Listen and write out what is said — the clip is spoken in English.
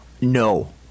No